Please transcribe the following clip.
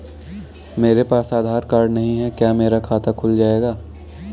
मेरे पास आधार कार्ड नहीं है क्या मेरा खाता खुल जाएगा?